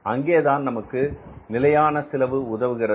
அங்கேதான் நமக்கு நிலையான செலவு உதவுகிறது